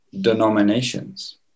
Denominations